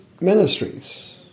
Ministries